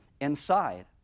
inside